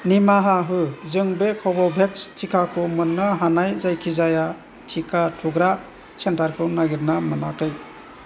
निमाहा हो जों बे कव'भेक्स थिखाखौ मोन्नो हानाय जायखिजाया टिका थुग्रा सेन्टारखौ नागिरना मोनाखै